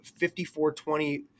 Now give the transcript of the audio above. $54.20